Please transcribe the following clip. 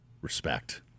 respect